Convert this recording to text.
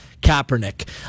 Kaepernick